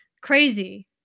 crazy